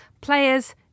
players